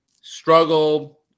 struggle